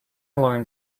learn